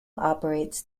operates